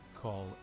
Call